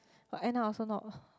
but end up also not